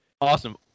Awesome